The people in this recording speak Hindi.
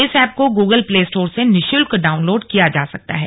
इस ऐप को गूगल प्ले स्टोर से निःशुल्क डाउनलोड किया जा सकता है